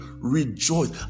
rejoice